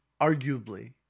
arguably